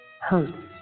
hurt